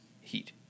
heat